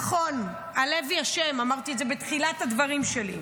נכון, הלוי אשם, אמרתי את זה בתחילת הדברים שלי,